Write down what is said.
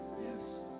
Yes